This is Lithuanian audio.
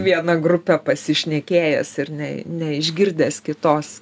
viena grupe pasišnekėjęs ir nei neišgirdęs kitos